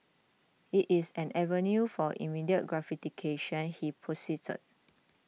it is an avenue for immediate gratification he posited